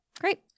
Great